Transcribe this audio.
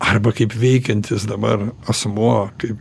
arba kaip veikiantis dabar asmuo kaip